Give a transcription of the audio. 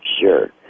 Sure